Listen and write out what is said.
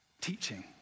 Teaching